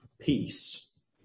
peace